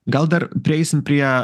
gal dar prieisim prie